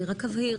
אני רק אבהיר,